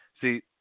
See